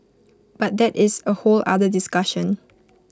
but that is A whole other discussion